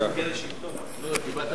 אלימות כלפי מתיישבי חוות-גלעד.